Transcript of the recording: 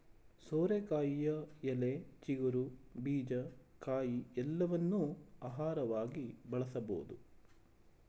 ಸೋರೆಕಾಯಿಯ ಎಲೆ, ಚಿಗುರು, ಬೀಜ, ಕಾಯಿ ಎಲ್ಲವನ್ನೂ ಆಹಾರವಾಗಿ ಬಳಸಬೋದು